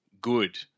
good